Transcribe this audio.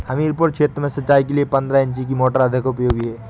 हमीरपुर क्षेत्र में सिंचाई के लिए पंद्रह इंची की मोटर अधिक उपयोगी है?